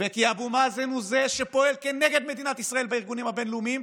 וכי אבו מאזן הוא שפועל כנגד מדינת ישראל בארגונים הבין-לאומיים,